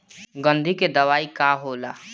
गंधी के दवाई का होला?